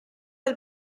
dal